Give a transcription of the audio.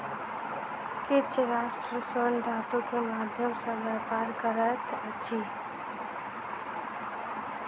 किछ राष्ट्र स्वर्ण धातु के माध्यम सॅ व्यापार करैत अछि